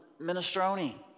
minestrone